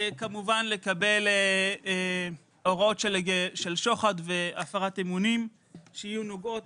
כמובן לקבל הוראות של שוחד והפרת אמונים שיהיו נוגעים